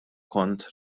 kont